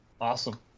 Awesome